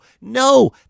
No